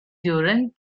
during